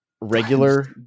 regular